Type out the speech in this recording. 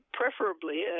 preferably